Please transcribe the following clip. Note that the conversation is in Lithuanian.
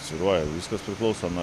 svyruoja viskas priklauso nuo